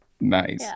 Nice